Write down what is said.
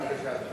בבקשה, אדוני.